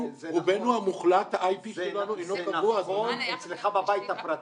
זה נכון אצלך בבית הפרטי,